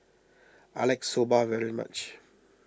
I like Soba very much